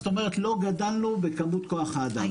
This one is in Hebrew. זאת אומרת לא גדלנו בכמות כוח האדם.